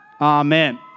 Amen